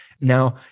Now